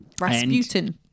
Rasputin